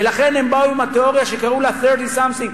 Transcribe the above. ולכן הם באו עם התיאוריה שקראו לה "30 something",